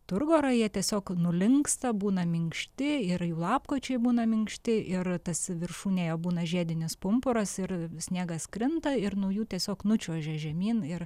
turgorą jie tiesiog nulinksta būna minkšti ir jų lapkočiai būna minkšti ir tas viršūnėje būna žiedinis pumpuras ir sniegas krinta ir nuo jų tiesiog nučiuožia žemyn ir